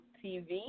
tv